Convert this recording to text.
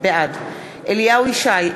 בעד אליהו ישי,